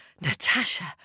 Natasha